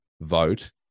vote